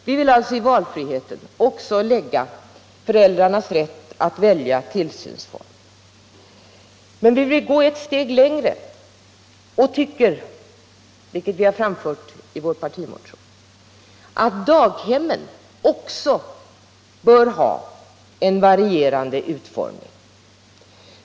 Vi vill alltså i valfriheten också lägga in föräldrarnas rätt att välja tillsynsform. Men vi vill gå ett steg längre och tycker — det är det vi har framfört i vår partimotion — att daghemmen också bör ha en varierande utformning.